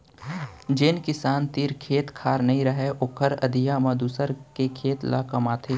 जेन किसान तीर खेत खार नइ रहय ओहर अधिया म दूसर के खेत ल कमाथे